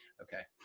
okay.